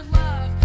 love